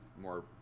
more